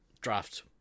draft